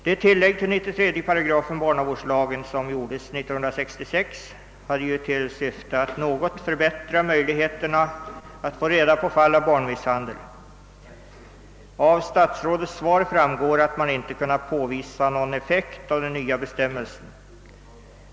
Det tillägg till 93 § barnavårdslagen som gjordes 1966 hade till syfte att något förbättra möjligheterna att få reda på fall av barnmisshandel. Av statsrådets svar framgår att man inte kunnat påvisa någon effekt av den nya bestämmelsen.